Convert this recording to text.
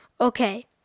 Okay